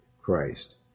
Christ